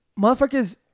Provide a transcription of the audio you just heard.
motherfuckers